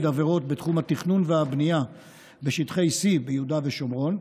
עבירות בתחום התכנון והבנייה בשטחי C ביהודה ושומרון,